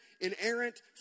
inerrant